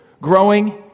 Growing